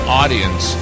audience